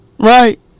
right